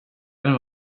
henne